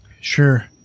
Sure